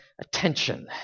attention